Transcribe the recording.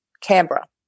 Canberra